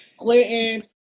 Clinton